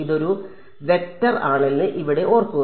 ഇതൊരു വെക്റ്റർ ആണെന്ന് ഇവിടെ ഓർക്കുക